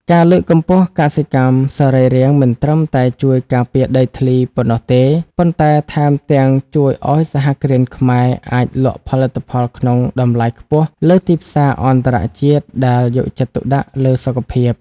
ការលើកកម្ពស់កសិកម្មសរីរាង្គមិនត្រឹមតែជួយការពារដីធ្លីប៉ុណ្ណោះទេ ប៉ុន្តែថែមទាំងជួយឱ្យសហគ្រិនខ្មែរអាចលក់ផលិតផលក្នុងតម្លៃខ្ពស់លើទីផ្សារអន្តរជាតិដែលយកចិត្តទុកដាក់លើសុខភាព។